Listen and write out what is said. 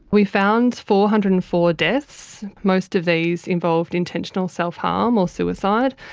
we found four hundred and four deaths, most of these involved intentional self-harm or suicide,